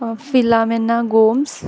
Philomena Gomes